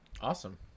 awesome